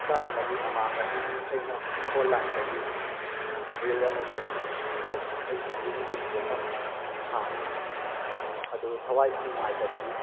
ꯍꯞꯇꯥ ꯑꯃꯒꯤ ꯃꯃꯥꯡꯗ ꯑꯩꯅ ꯑꯣꯟꯂꯥꯏꯟꯗꯒꯤ ꯗ꯭ꯔꯤꯜ ꯑꯃ ꯆꯦꯜꯂꯦ ꯑꯩꯒꯤ ꯌꯨꯝꯒꯤ ꯂꯨꯖꯐꯝ ꯁꯥꯒꯦꯗ ꯑꯗꯨꯕꯨ ꯊꯋꯥꯏ ꯌꯥꯝ ꯅꯨꯉꯥꯏꯇꯕꯗꯤ